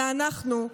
ואנחנו,